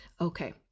okay